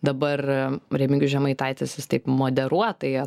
dabar remigijus žemaitaitis jis taip moderuotai